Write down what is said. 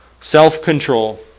Self-control